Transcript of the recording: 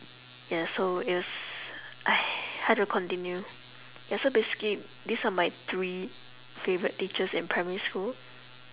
ya so it was !hais! how to continue ya so basically these are my three favourite teachers in primary school